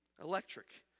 electric